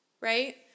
Right